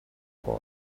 boy